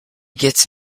gets